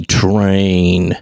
train